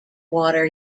water